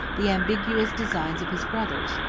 the ambitious designs of his brothers,